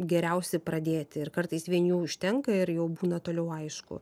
geriausi pradėti ir kartais vien jų užtenka ir jau būna toliau aišku